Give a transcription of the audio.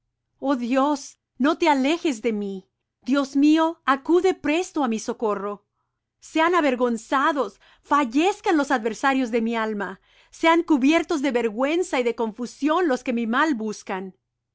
oh dios no te alejes de mí dios mío acude presto á mi socorro sean avergonzados fallezcan los adversarios de mi alma sean cubiertos de vergüenza y de confusión los que mi mal buscan